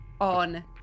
on